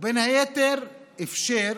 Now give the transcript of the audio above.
בין היתר אפשר